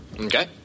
Okay